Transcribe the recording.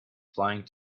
flying